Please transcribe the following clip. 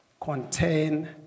contain